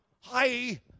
Hi